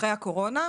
אחרי הקורונה.